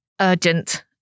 urgent